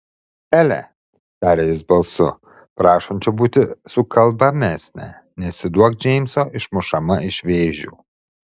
ele tarė jis balsu prašančiu būti sukalbamesnę nesiduok džeimso išmušama iš vėžių